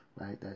right